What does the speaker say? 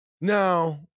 Now